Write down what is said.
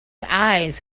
eyes